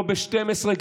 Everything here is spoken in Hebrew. לא ב-12,